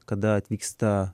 kada atvyksta